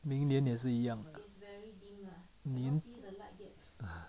明年也是一样